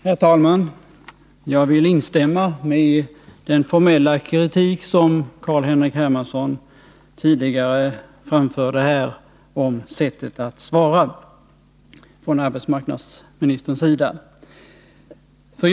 Herr talman! Jag vill instämma i den formella kritik som Carl-Henrik Hermansson tidigare framförde här mot sättet från arbetsmarknadsministerns sida att besvara interpellationerna.